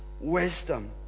wisdom